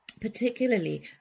particularly